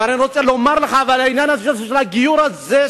אבל אני רוצה לומר לך שהגיור הזה,